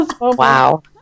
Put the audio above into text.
wow